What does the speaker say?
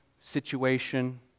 situation